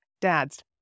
Dads